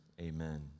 Amen